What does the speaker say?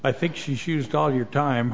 i think she's used all your time